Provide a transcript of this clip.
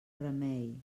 remei